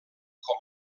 com